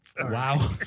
wow